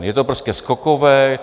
Je to prostě skokové.